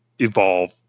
evolve